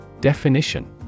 Definition